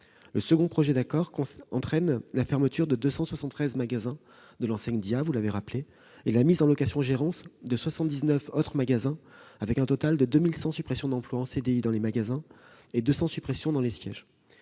Le second accord entraîne la fermeture de 273 magasins de l'enseigne Dia- vous l'avez rappelé -et la mise en location-gérance de 79 autres magasins, avec un total de 2 100 suppressions d'emplois en CDI dans les magasins et de 200 suppressions dans les sièges.